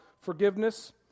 forgiveness